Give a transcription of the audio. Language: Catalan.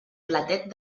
platet